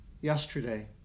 yesterday